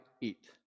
eat